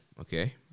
okay